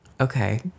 okay